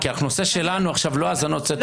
הנושא שלנו עכשיו הוא לא האזנות סתר,